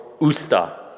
usta